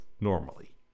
normally